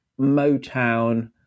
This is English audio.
Motown